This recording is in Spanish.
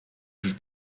sus